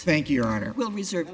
thank you your honor we'll reserve